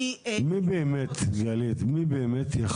ברגע שהיזמים באו ואמרו שמדובר בשאריות מיון,